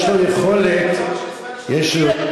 יש לו יכולת, יש לו,